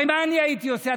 הרי מה אני הייתי עושה?